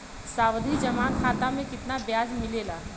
सावधि जमा खाता मे कितना ब्याज मिले ला?